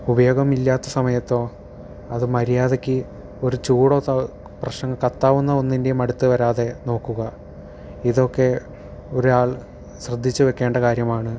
ഉപയോഗമില്ലാത്ത സമയത്തോ അത് മര്യാദയ്ക്ക് ഒരു ചൂടൊ ക്കെ പ്രഷർ കത്താവുന്ന എന്തെങ്കിലും അടുത്ത് വരാതെ നോക്കുക ഇതൊക്കെ ഒരാൾ ശ്രദ്ധിച്ച് വെക്കേണ്ട കാര്യമാണ്